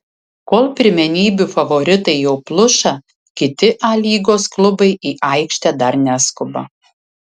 kol pirmenybių favoritai jau pluša kiti a lygos klubai į aikštę dar neskuba